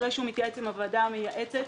אחרי שהוא מתייעץ עם הוועדה המייעצת,